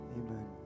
amen